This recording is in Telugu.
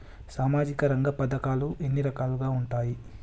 సామాజిక రంగ పథకాలు ఎన్ని రకాలుగా ఉంటాయి?